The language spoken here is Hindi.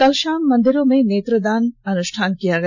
कल शाम मंदिरों में नेत्रदान अनुष्ठान किया गया